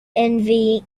envy